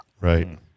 Right